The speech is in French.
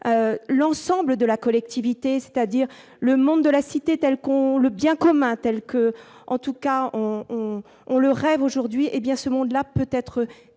l'ensemble de la collectivité, c'est-à-dire le monde de la cité et le bien commun tel qu'on le rêve aujourd'hui, peut être très